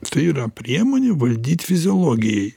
tai yra priemonė valdyt fiziologijai